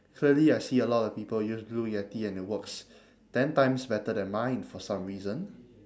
clearly I see a lot of people use blue yeti and it works ten times better than mine for some reason